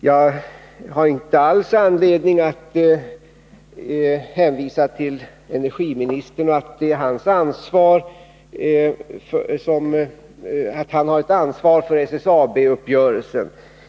Jag har inte alls anledning att hänvisa till att energiministern har ett ansvar för SSAB-uppgörelsen.